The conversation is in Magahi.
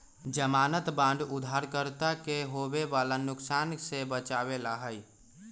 ज़मानत बांड उधारकर्ता के होवे वाला नुकसान से बचावे ला हई